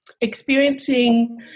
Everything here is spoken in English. experiencing